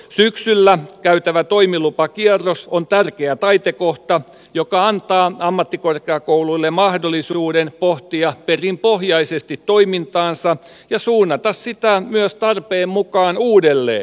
syksyllä käytävä toimilupakierros on tärkeä taitekohta joka antaa ammattikorkeakouluille mahdollisuuden pohtia perinpohjaisesti toimintaansa ja suunnata sitä myös tarpeen mukaan uudelleen